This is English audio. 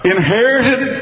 Inherited